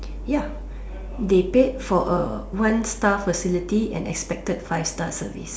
ya they paid for a one star facility and expected five star service